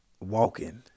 walking